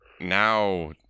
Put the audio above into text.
now